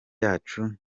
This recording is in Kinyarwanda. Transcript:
yacu